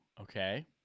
Okay